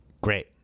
Great